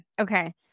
Okay